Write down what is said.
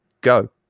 go